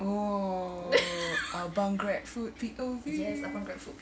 oh abang grabfood P_O_V